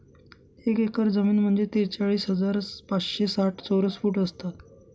एक एकर जमीन म्हणजे त्रेचाळीस हजार पाचशे साठ चौरस फूट असतात